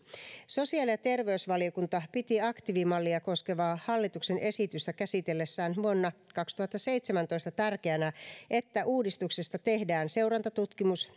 sosiaali ja terveysvaliokunta piti aktiivimallia koskevaa hallituksen esitystä käsitellessään vuonna kaksituhattaseitsemäntoista tärkeänä että uudistuksesta tehdään seurantatutkimus